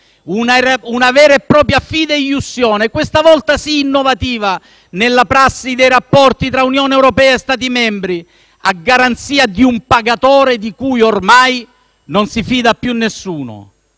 una vera e propria fideiussione - questa volta sì, innovativa - nella prassi dei rapporti tra Unione europea e Stati membri, a garanzia di un pagatore di cui ormai non si fida più nessuno.